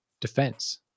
defense